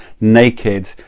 Naked